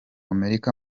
amerika